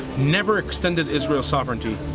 never extended isreal soverenity.